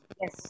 Yes